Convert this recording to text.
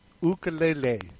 Ukulele